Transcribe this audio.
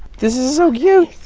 this is so cute.